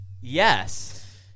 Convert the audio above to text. Yes